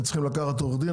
הם צריכים לקחת עורך דין,